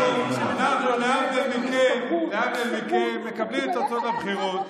להבדיל מכם, אנחנו מקבלים את תוצאות הבחירות.